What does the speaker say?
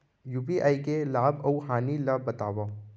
UPI के लाभ अऊ हानि ला बतावव